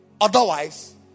Otherwise